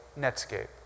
Netscape